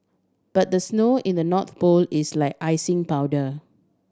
but the snow in the North Pole is like icing powder